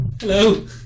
hello